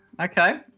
Okay